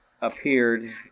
appeared